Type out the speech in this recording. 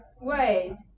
wait